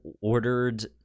ordered